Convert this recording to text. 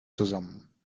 zusammen